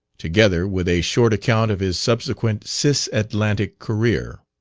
together with a short account of his subsequent cisatlantic career.